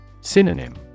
Synonym